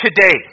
today